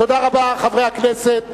תודה רבה, חברי הכנסת.